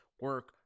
Work